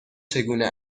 چگونه